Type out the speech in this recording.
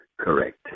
Correct